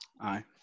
Aye